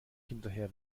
hinterher